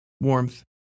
Warmth